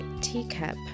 teacup